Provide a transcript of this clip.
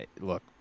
look